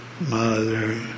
Mother